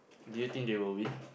do you think they will win